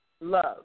love